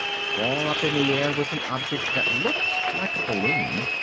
far up in the air was an object that looked like a balloon.